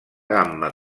gamma